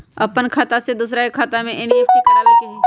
अपन खाते से दूसरा के खाता में एन.ई.एफ.टी करवावे के हई?